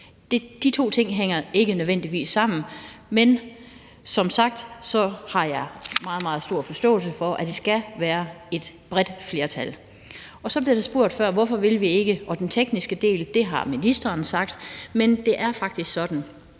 De to ting hænger ikke nødvendigvis sammen. Men som sagt har jeg meget, meget stor forståelse for, at det skal være et bredt flertal. Så blev der spurgt før, hvorfor vi ikke vil. Den tekniske del har ministeren sagt noget om, men det er faktisk sådan,